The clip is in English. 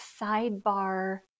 sidebar